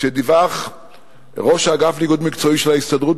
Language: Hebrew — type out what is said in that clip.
כשדיווח ראש האגף לאיגוד מקצועי של ההסתדרות,